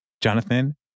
Jonathan